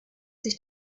sich